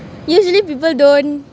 usually people don't